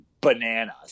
bananas